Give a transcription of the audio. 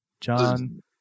John